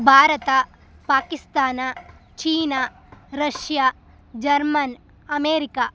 Bharat Pakistan China Russia German America